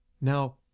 Now